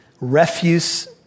refuse